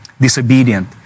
disobedient